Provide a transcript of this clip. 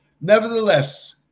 Nevertheless